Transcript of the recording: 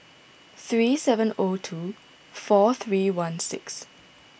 three seven zero two four three one six